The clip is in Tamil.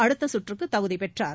அடுத்த சுற்றுக்கு தகுதி பெற்றார்